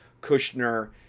Kushner